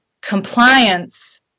compliance